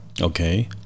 okay